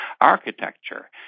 architecture